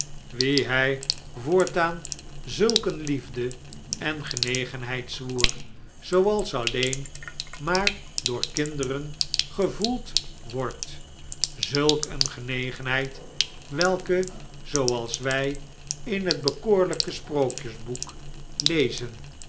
wien hij voortaan zulk een liefde en genegenheid zwoer zooals alleen maar door kinderen gevoeld wordt zulk een genegenheid welke zooals wij in het bekoorlijke sprookjesboek lezen